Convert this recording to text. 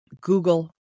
Google